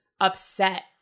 upset